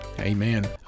Amen